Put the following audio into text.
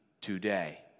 today